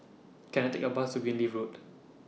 Can I Take A Bus to Greenleaf Road